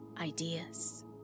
ideas